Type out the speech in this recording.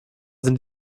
sind